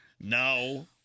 No